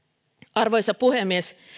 arvoisa puhemies